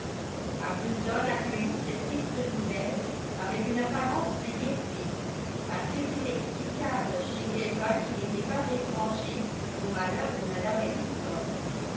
arbuton accueillit cette triste nouvelle avec une apparence de gaieté assez inexplicable chez quelqu'un qui n'était pas étranger au malheur de mme